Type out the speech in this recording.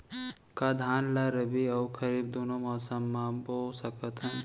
का धान ला रबि अऊ खरीफ दूनो मौसम मा बो सकत हन?